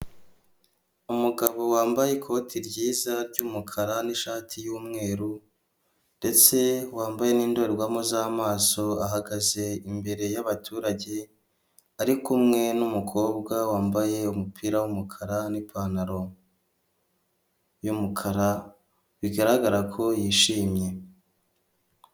Umugabo wambaye ikoti ry'iza ry'umukara n'ishati y'umweru ndetse wambaye n'indorerwamo z'amaso, ahagaze imbere y'abaturage ari kumwe n'umukobwa wambaye umupira w'umukara n'ipantaro y'umukara bigaragara ko yishimye.